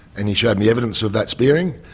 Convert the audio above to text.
and he showed me evidence of that spearing.